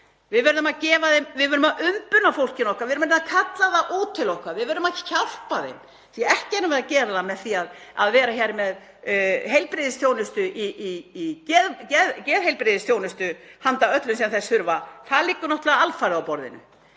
Við verðum að umbuna fólkinu okkar. Við verðum að kalla það út til okkar. Við verðum að hjálpa þeim því að ekki erum við að gera það með því að vera hér með geðheilbrigðisþjónustu handa öllum sem þess þurfa. Það liggur náttúrlega alfarið á borðinu.